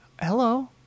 Hello